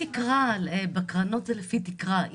בקרנות זה לפי תקרה.